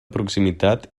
proximitat